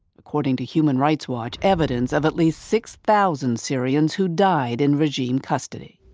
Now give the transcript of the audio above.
according to human rights watch, evidence of at least six thousand syrians who died in regime custody.